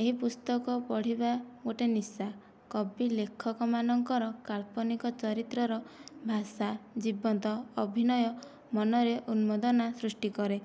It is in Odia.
ଏହି ପୁସ୍ତକ ପଢ଼ିବା ଗୋଟିଏ ନିଶା କବି ଲେଖକମାନଙ୍କର କାଳ୍ପନିକ ଚରିତ୍ରର ଭାଷା ଜୀବନ୍ତ ଅଭିନୟ ମନରେ ଉନ୍ମାଦନା ସୃଷ୍ଟି କରେ